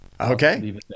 Okay